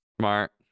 Smart